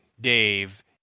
Dave